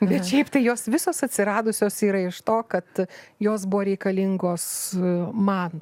bet šiaip tai jos visos atsiradusios yra iš to kad jos buvo reikalingos man